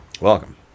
Welcome